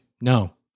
No